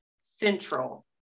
central